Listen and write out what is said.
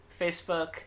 Facebook